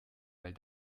weil